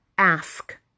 ask